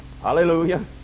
hallelujah